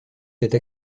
cette